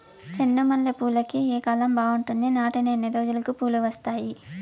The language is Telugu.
చెండు మల్లె పూలుకి ఏ కాలం బావుంటుంది? నాటిన ఎన్ని రోజులకు పూలు వస్తాయి?